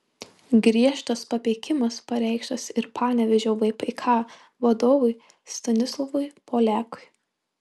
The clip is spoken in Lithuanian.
griežtas papeikimas pareikštas ir panevėžio vpk vadovui stanislovui poliakui